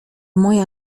moja